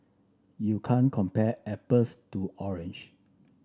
you can't compare apples to orange